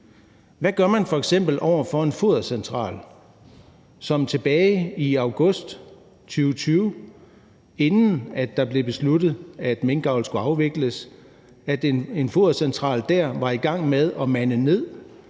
Hvad gør man f.eks. over for en fodercentral, som tilbage i august 2020, inden det blev besluttet, at minkavlen skulle afvikles, var i gang med at reducere